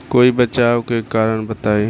कोई बचाव के कारण बताई?